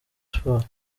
sports